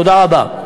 תודה רבה.